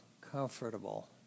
comfortable